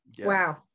Wow